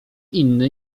inny